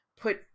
put